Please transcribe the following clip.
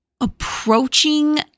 approaching